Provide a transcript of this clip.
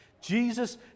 Jesus